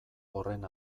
horren